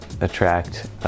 attract